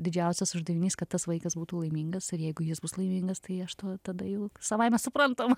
didžiausias uždavinys kad tas vaikas būtų laimingas ir jeigu jis bus laimingas tai aš tuo tada jau savaime suprantama